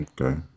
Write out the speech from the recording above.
Okay